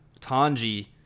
Tanji